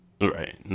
right